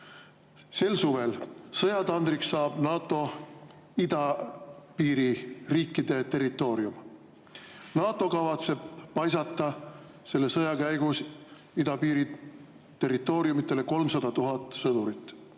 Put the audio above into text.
Sel suvel. Sõjatandriks saab NATO idapiiri riikide territoorium. NATO kavatseb paisata selle sõja käigus idapiiri territooriumidele 300 000 sõdurit.